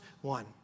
one